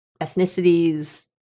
ethnicities